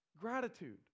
Gratitude